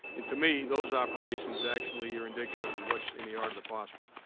and, to me, those operations actually are indicative of what's in the art of the possible.